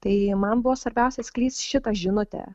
tai man buvo svarbiausia skleist šitą žinutę